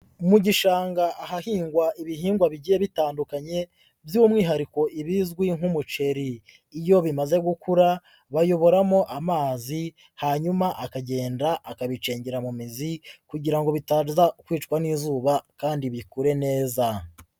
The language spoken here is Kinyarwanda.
Mu gishanga ahahingwa ibihingwa bigiye bitandukanye by'umwihariko ibizwi nk'umuceri, iyo bimaze gukura bayoboramo amazi hanyuma akagenda akabicengera mu mizi kugira ngo bitaza kwicwa n'izuba kandi bikure neza.